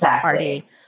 party